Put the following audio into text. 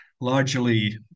largely